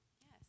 Yes